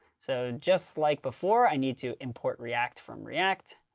so just like before, i need to import react from react.